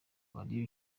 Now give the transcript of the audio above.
barebe